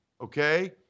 okay